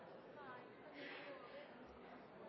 tar i